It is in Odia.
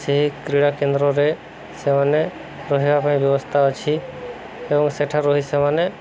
ସେହି କ୍ରୀଡ଼ାକେନ୍ଦ୍ରରେ ସେମାନେ ରହିବା ପାଇଁ ବ୍ୟବସ୍ଥା ଅଛି ଏବଂ ସେଠାରୁ ହିଁ ସେମାନେ